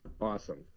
awesome